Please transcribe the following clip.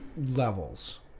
levels